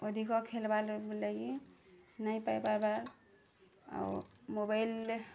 ଆଧିକ ଖେଳ୍ବାର ଲାଗି ନାହିଁ ପାଇ ପାର୍ବା ଆଉ ମୋବାଇଲ୍ରେ